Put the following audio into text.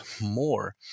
more